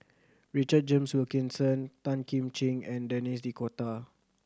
Richard James Wilkinson Tan Kim Ching and Denis D'Cotta